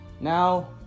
Now